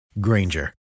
Granger